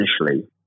initially